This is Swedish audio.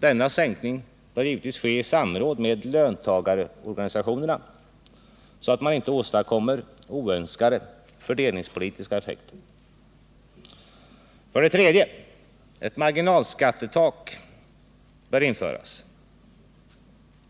Denna sänkning bör givetvis ske i samråd med löntagarorganisationerna, så att man inte åstadkommer oönskade fördelningspolitiska effekter. 3. Ett marginalskattetak bör införas.